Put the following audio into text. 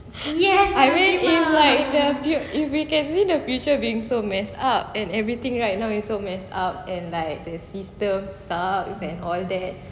I mean if like the view if we can see the future being so messed up and everything right now are so messed up and like the systems a'ah and all that